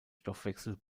stoffwechsel